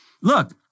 look